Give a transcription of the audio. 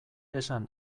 esan